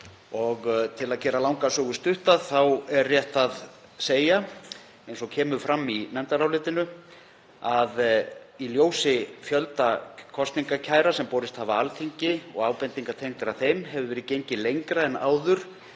Til að gera langa sögu stutta er rétt að segja, eins og kemur fram í nefndarálitinu, að í ljósi fjölda kosningakæra sem borist hafa Alþingi og ábendinga tengdra þeim hefur verið gengið lengra en áður